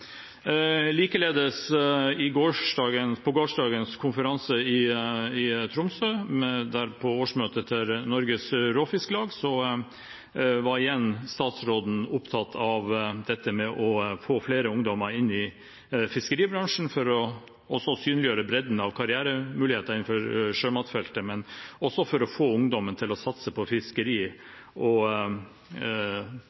Likeledes, på gårsdagens konferanse i Tromsø, årsmøtet til Norges Råfisklag, var statsråden igjen opptatt av dette med å få flere ungdommer inn i fiskeribransjen – for å synliggjøre bredden av karrieremuligheter innenfor sjømatfeltet, men også for å få ungdommen til å satse på